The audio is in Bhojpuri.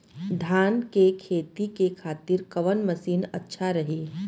धान के खेती के खातिर कवन मशीन अच्छा रही?